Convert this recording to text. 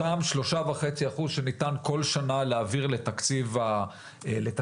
אותם שלושה וחצי אחוז שניתן כל שנה להעביר לתקציב המדינה,